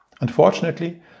Unfortunately